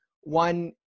one